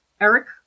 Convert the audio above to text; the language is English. eric